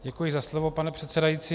Děkuji za slovo, pane předsedající.